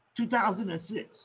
2006